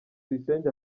tuyisenge